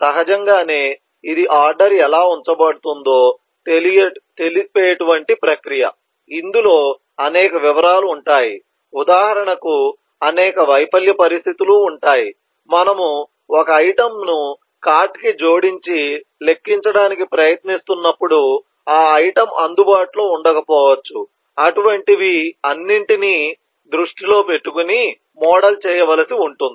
సహజంగానే ఇది ఆర్డర్ ఎలా ఉంచబడుతుందో తెలిపేటువంటి ప్రక్రియ ఇందులో అనేక వివరాలు ఉంటాయి ఉదాహరణకు అనేక వైఫల్య పరిస్థితులు ఉంటాయి మనము ఒక ఐటెమ్ను కార్ట్ కి జోడించి లెక్కించడానికి ప్రయత్నిస్తున్నప్పుడు ఆ ఐటెమ్ అందుబాటులో ఉండకపోవచ్చు అటువంటి వి అన్నింటిని నీ దృష్టిలో పెట్టుకుని మోడల్ చేయవలసి ఉంటుంది